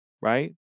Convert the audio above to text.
right